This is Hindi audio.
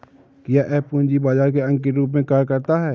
क्या यह पूंजी बाजार के अंग के रूप में कार्य करता है?